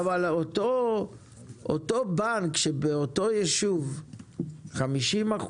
אבל אותו בנק בישוב ש-50%,